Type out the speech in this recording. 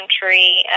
country